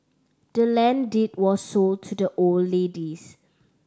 the land deed was sold to the old ladies